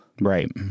right